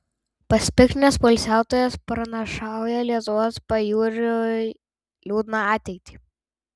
pasipiktinęs poilsiautojas pranašauja lietuvos pajūriui liūdną ateitį